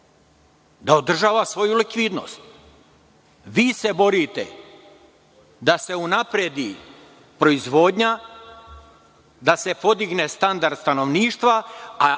da održava svoju likvidnost. Vi se borite da se unapredi proizvodnja, da se podigne standard stanovništva,